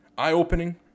eye-opening